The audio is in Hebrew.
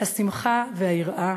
השמחה והיראה,